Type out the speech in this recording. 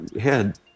head